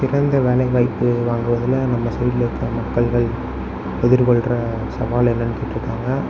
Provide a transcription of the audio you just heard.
சிறந்த வேலைவாய்ப்பு வாங்கறதில் நம்ம சைடில் இருக்க மக்கள்கள் எதிர்கொள்கிற சவால் என்னனு கேட்டிருக்காங்க